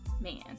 man